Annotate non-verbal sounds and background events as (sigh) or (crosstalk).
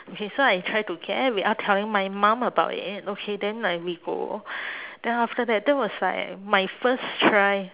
okay so I try to get without telling my mum about it okay then like we go (breath) then after that that was like my first try